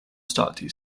stati